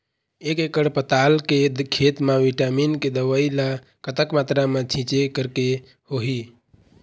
एक एकड़ पताल के खेत मा विटामिन के दवई ला कतक मात्रा मा छीचें करके होही?